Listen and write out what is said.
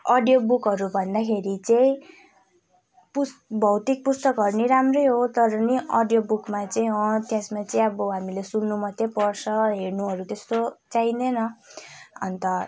अडियोबुकहरू भन्दाखेरि चाहिँ भौतिक पुस्तकहरू नि राम्रै हो तर नि अडियोबुकमा चाहिँ अँ त्यसमा चाहिँ अब हामीले सुन्नु मात्रै पर्छ हेर्नुहरू त्यस्तो चाहिँदैन अन्त